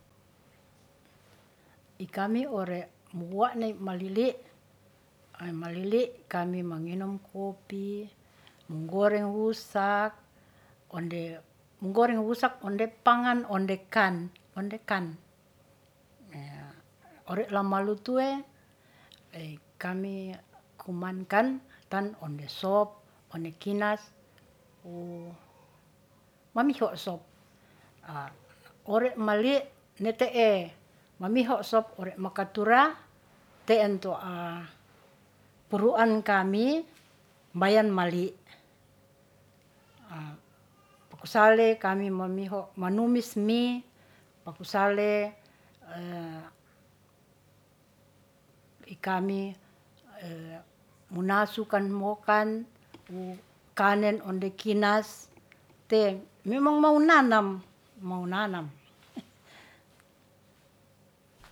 I kami ore muhuwa'ney malili, malili kami manginum kopi, menggoreng wusak onde menggoreng wusak onde pangan onde kan, onde kan. Ore lama lutue kami kumankan tan onde sop, one kinas wu mamiho sop. Ore mali ne te'e, mamiho sop ore makatura te'ento puruan kami mbayan mali. Pokusale kami mamiho manumis mi, pakosle i kami munasukan mokan wu kanen onde kinas te memang mau nanam, mau nanam